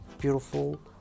beautiful